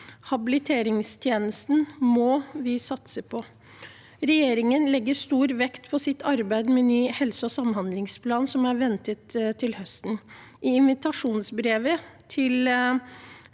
Habiliteringstjenesten må vi satse på. Regjeringen legger stor vekt på sitt arbeid med ny helse- og samhandlingsplan, som er ventet til høsten. I invitasjonsbrevet til